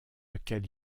lequel